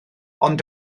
ond